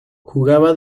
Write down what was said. jugaba